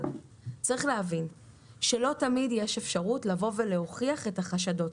אבל צריך להבין שלא תמיד יש אפשרות להוכיח את החשדות.